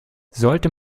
sollte